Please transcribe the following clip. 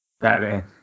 Batman